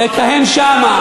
לכהן שם.